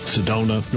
Sedona